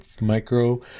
micro